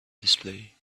display